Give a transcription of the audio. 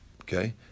Okay